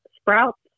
Sprouts